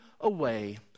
away